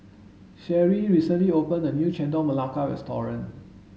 Sherri recently opened a new Chendol Melaka restaurant